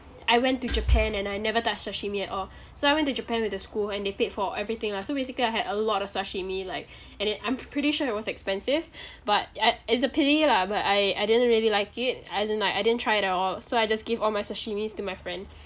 I went to japan and I never touched sashimi at all so I went to japan with the school and they paid for everything lah so basically I had a lot of sashimi like and then I'm pre~ pretty sure it was expensive but ya it's a pity lah but I I didn't really like it as in like I didn't try it at all so I just give all my sashimis to my friend